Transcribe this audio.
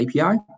API